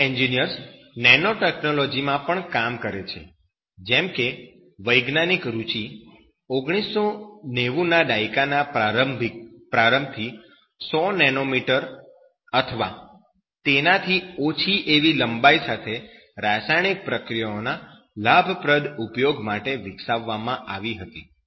chemical engineers nano technology માં પણ કામ કરે છે જેમ કે વૈજ્ઞાનિક રૂચિ 1990 ના દાયકાના પ્રારંભથી 100 નેનો મીટર 10 7 મીટર અથવા તેનાથી ઓછી એવી લંબાઈ સાથે રાસાયણિક પ્રક્રિયાઓના લાભપ્રદ ઉપયોગ માટે વિકસાવવામાં આવી હતી